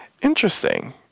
Interesting